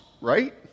Right